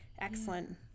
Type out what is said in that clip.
excellent